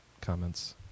comments